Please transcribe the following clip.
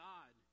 God